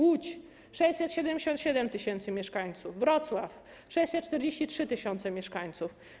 Łódź - 677 tys. mieszkańców, Wrocław - 643 tys. mieszkańców,